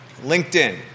LinkedIn